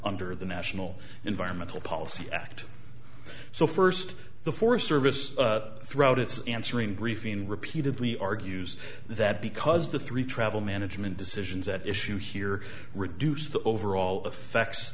under the national environmental policy act so first the forest service throughout its answering briefing repeatedly argues that because the three travel management decisions at issue here reduce the overall effects